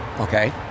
Okay